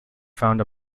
found